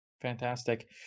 Fantastic